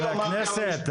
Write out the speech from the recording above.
חברי הכנסת,